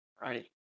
Right